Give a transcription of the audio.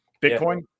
Bitcoin